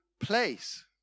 place